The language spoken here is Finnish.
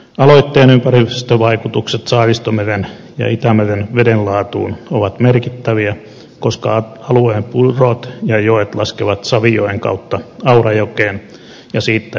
aloitteen ympäristövaikutukset saaristomeren ja itämeren veden laatuun ovat merkittäviä koska alueen purot ja joet laskevat savijoen kautta aurajokeen ja siitä edelleen mereen